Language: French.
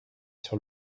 sur